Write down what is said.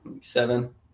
Seven